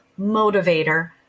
motivator